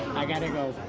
i got to go.